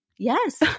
Yes